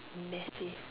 massive